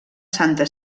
santa